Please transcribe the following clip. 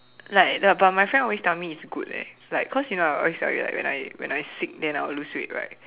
like the but my friend always tell me it's good eh like cause I always tell you when I when I sick then I will lose weight right